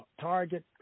target